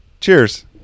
Cheers